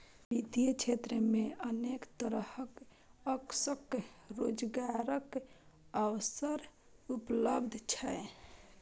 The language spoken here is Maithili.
वित्तीय क्षेत्र मे अनेक तरहक आकर्षक रोजगारक अवसर उपलब्ध छै